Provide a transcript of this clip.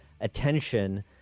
attention